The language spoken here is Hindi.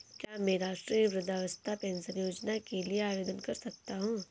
क्या मैं राष्ट्रीय वृद्धावस्था पेंशन योजना के लिए आवेदन कर सकता हूँ?